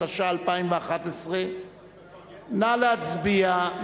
התשע"א 2011. נא להצביע,